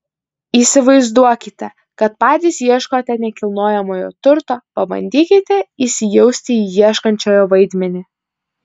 įsivaizduokite kad patys ieškote nekilnojamojo turto pabandykite įsijausti į ieškančiojo vaidmenį